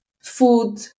food